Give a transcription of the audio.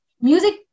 music